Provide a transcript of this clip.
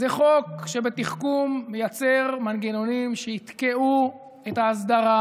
זה חוק שבתחכום מייצר מנגנונים שיתקעו את ההסדרה